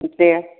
देह